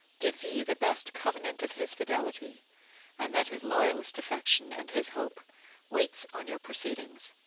gives ye the best covenant of his fidelity and that his loyalest affection and his hope waits on your proceedings.